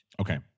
Okay